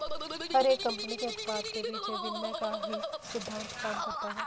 हर एक कम्पनी के उत्पाद के पीछे विनिमय का ही सिद्धान्त काम करता है